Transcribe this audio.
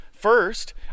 First